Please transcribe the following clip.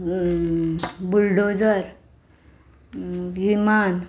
bulldozer विमान